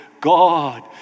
God